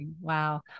wow